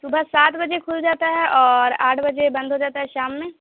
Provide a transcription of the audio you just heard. صبح سات بجے کھل جاتا ہے اور آٹھ بجے بند ہو جاتا ہے شام میں